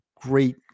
great